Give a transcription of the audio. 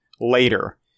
later